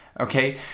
Okay